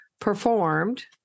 performed